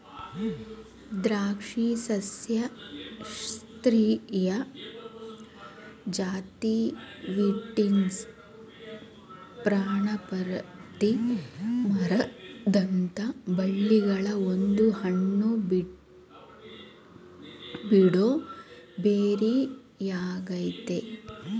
ದ್ರಾಕ್ಷಿ ಸಸ್ಯಶಾಸ್ತ್ರೀಯ ಜಾತಿ ವೀಟಿಸ್ನ ಪರ್ಣಪಾತಿ ಮರದಂಥ ಬಳ್ಳಿಗಳ ಒಂದು ಹಣ್ಣುಬಿಡೋ ಬೆರಿಯಾಗಯ್ತೆ